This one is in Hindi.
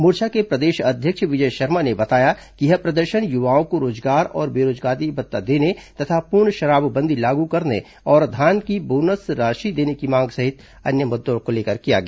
मोर्चा के प्रदेश अध्यक्ष विजय शर्मा ने बताया कि यह प्रदर्शन युवाओं को रोजगार और बेरोजगारी भत्ता देने तथा पूर्ण शराबबंदी लागू करने और धान का बोनस राशि देने की मांग सहित अन्य मुद्दों को लेकर किया गया